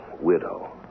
widow